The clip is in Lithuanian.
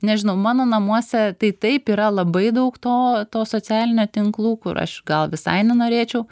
nežinau mano namuose tai taip yra labai daug to to socialinio tinklų kur aš gal visai nenorėčiau